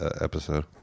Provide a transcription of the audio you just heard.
episode